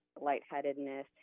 lightheadedness